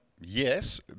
yes